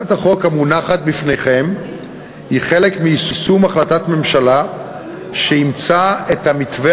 הצעת החוק המונחת בפניכם היא חלק מיישום החלטת ממשלה שאימצה את המתווה